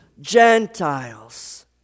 Gentiles